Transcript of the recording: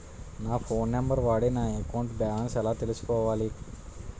నా phone number వాడి నా అకౌంట్ బాలన్స్ ఎలా తెలుసుకోవాలి?